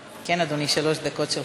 אדוני, שלוש דקות שלך.